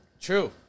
True